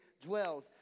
dwells